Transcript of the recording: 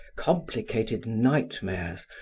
complicated nightmares,